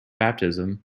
baptism